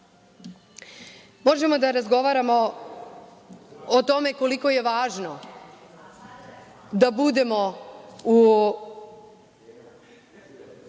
Tačka. Možemo da razgovaramo o tome koliko je važno da budemo